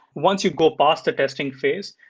once you go past the testing phase,